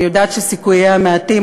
אני יודעת שסיכוייה מעטים,